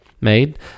made